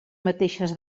mateixes